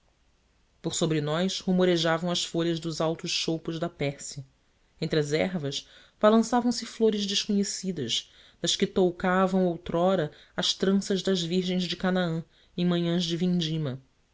por sobre nós rumorejavam as folhas dos altos choupos da pérsia entre as ervas balançavam se flores desconhecidas das que toucavam outrora as tranças das virgens de canaã em manhãs de vindima